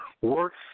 works